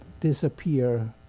disappear